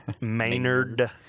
Maynard